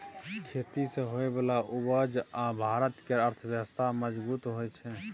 खेती सँ होइ बला उपज सँ भारत केर अर्थव्यवस्था मजगूत होइ छै